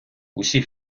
усі